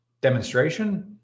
demonstration